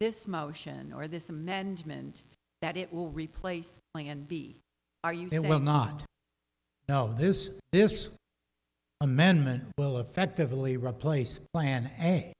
this motion or this amendment that it will replace plan b are you they will not know this this amendment well effectively replace plan